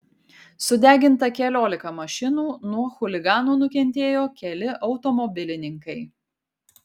sudeginta keliolika mašinų nuo chuliganų nukentėjo keli automobilininkai